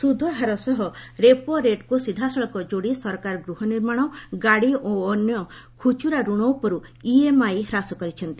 ସୁଧ ହାର ସହ ରେପୋରେଟ୍କୁ ସିଧାସଳଖ ଯୋଡ଼ି ସରକାର ଗୃହ ନିର୍ମାଣ ଗାଡ଼ି ଓ ଅନ୍ୟ ଖୁଚୁରା ରଣ ଉପରୁ ଇଏମ୍ଆଇ ହ୍ରାସ କରିଛନ୍ତି